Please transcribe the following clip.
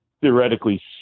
theoretically